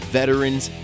veterans